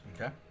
Okay